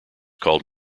called